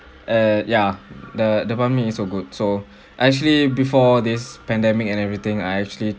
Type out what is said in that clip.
err yeah the the banh mi is so good so actually before this pandemic and everything I actually